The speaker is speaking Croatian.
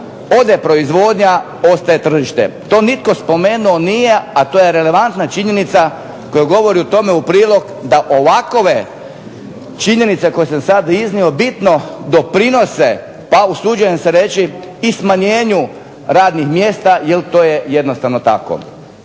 ode proizvodnja, ostaje tržište. To nije spomenuo nije, a to je relevantna činjenica, koja govori o tome u prilog da ovakove činjenice koje sam sad iznio bitno doprinose, pa usuđujem se reći i smanjenju radinih mjesta jer to je jednostavno tako.